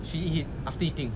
she hid it after eating